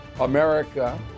America